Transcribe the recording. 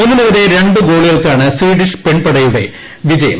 ഒന്നിനെതിരെ രണ്ടു ഗോളുകൾക്കാണ് സ്വീഡിഷ് പെൺപടയുടെ വിജയം